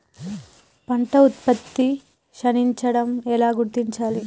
పంట ఉత్పత్తి క్షీణించడం ఎలా గుర్తించాలి?